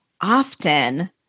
often